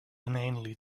inanely